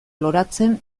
loratzen